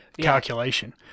calculation